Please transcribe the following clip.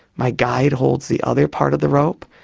my guide holds the other part of the rope,